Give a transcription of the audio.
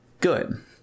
good